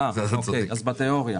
אוקיי, אז בתיאוריה.